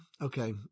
okay